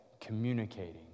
communicating